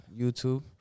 YouTube